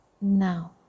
now